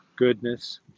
goodness